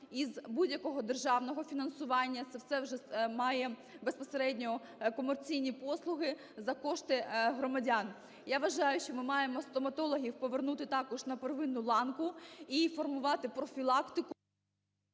із будь-якого державного фінансування, це все вже має безпосередньо комерційні послуги, за кошти громадян. Я вважаю, що ми маємо стоматологів повернути також на первинну ланку і формувати профілактику...